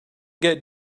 get